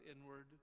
inward